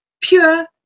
pure